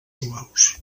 suaus